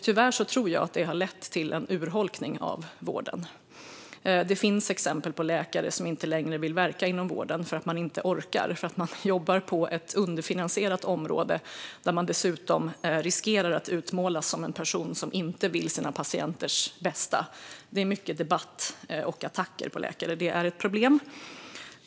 Tyvärr tror jag att det har lett till en urholkning av vården. Det finns exempel på läkare som inte längre vill verka inom vården för att man inte orkar och för att man jobbar på ett underfinansierat område där man dessutom riskerar att utmålas som en person som inte vill sina patienters bästa. Det är mycket debatt och attacker på läkare. Det är ett problem.